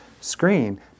screen